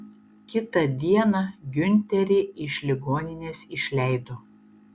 kitą dieną giunterį iš ligoninės išleido